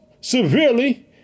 severely